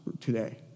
today